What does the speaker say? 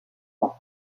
sont